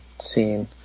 scene